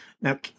Now